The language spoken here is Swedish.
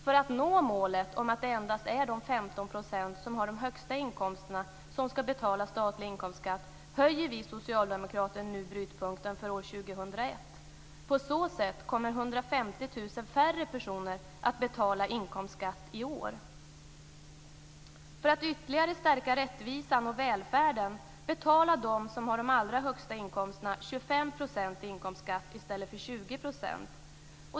För att nå målet om att det endast är de 15 % som har de högsta inkomsterna som ska betala statlig inkomstskatt höjer vi socialdemokrater nu brytpunkten för år 2001. På så sätt kommer 150 000 färre personer att betala inkomstskatt i år. För att ytterligare stärka rättvisan och välfärden betalar de som har de allra högsta inkomsterna 25 % i inkomstskatt i stället för 20 %.